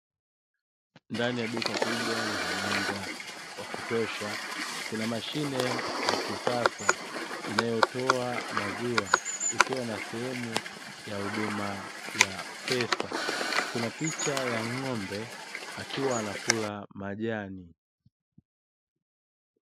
Ndani ya duka kubwa lenye mwanga wa kutosha kuna mashine ya kisasa, inayotoa maziwa ikiwa na sehemu ya huduma ya pesa kuna picha ya ng'ombe akiwa anakula majani.